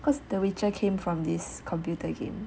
cause the witcher came from this computer game